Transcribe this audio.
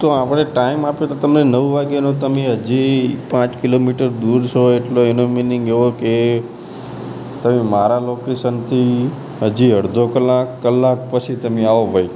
તો આપણે ટાઇમ આપ્યો હતો તમે નવ વાગ્યાનો તમે હજી પાંચ કિલોમીટર દૂર છો એટલે એનો મિનિંગ એવો કે તમે મારાં લોકેશનથી હજુ અડધો કલાક કલાક પછી તમે આવો